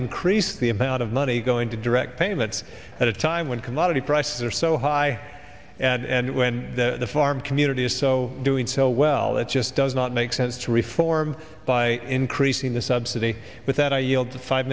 increase the amount of money going to direct payments at a time when commodity prices are so high and when the farm community is so doing so well it just does not make sense to reform by increasing the subsidy but that i